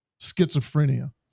schizophrenia